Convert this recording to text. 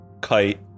Kite